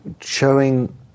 showing